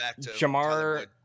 Jamar